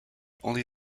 only